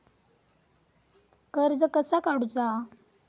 कर्ज कसा काडूचा?